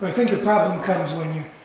but think the problem comes when